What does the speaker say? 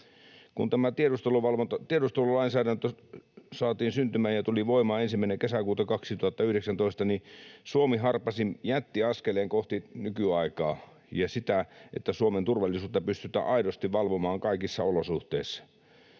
Kun tämä tiedustelulainsäädäntö saatiin syntymään ja tuli voimaan 1. kesäkuuta 2019, Suomi harppasi jättiaskeleen kohti nykyaikaa ja sitä, että Suomen turvallisuutta pystytään aidosti valvomaan kaikissa olosuhteissa.